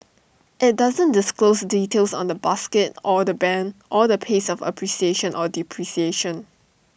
IT doesn't disclose details on the basket or the Band or the pace of appreciation or depreciation